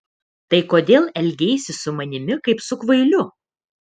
tai kodėl elgeisi su manimi kaip su kvailiu